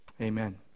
amen